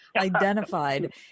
identified